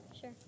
Sure